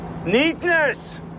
Neatness